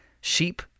sheep